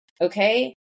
okay